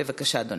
בבקשה, אדוני.